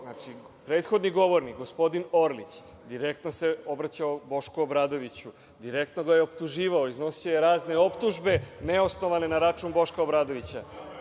104.Prethodni govornik, gospodin Orlić, direktno se obraćao Bošku Obradoviću, direktno ga je optuživao, iznosio je razne optužbe neosnovane na račun Boška Obradovića.